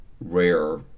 rare